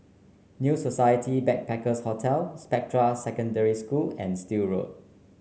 New Society Backpackers' Hotel Spectra Secondary School and Still Road